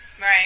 right